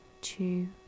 two